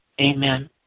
Amen